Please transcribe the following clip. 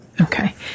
Okay